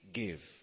give